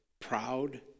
proud